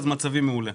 אז מצבי מעולה.